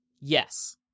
Yes